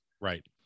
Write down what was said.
right